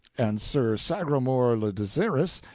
and sir sagramore le disirous,